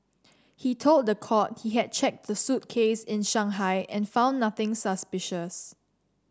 he told the court he had checked the suitcase in Shanghai and found nothing suspicious